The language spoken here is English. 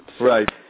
Right